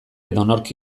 edonork